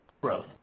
growth